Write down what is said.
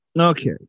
Okay